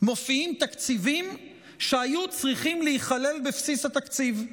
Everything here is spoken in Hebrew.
מופיעים תקציבים שהיו צריכים להיכלל בבסיס התקציב.